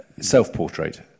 self-portrait